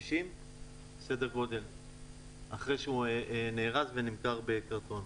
שקלים אחרי שהוא נארז ונמכר בקרטון.